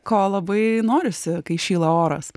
ko labai norisi kai šyla oras